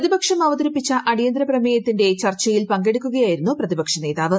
പ്രതിപക്ഷം അവതരിപ്പിച്ചു അടിയന്തര പ്രമേയത്തിന്റെ ചർച്ചയിൽ പങ്കെടുക്കുകയായിരുന്നു പ്രതിപക്ഷ നേതാവ്